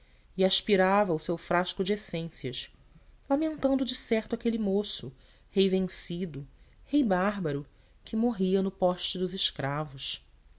e aspirava o seu frasco de essências lamentando decerto aquele moço rei vencido rei bárbaro que morria no poste dos escravos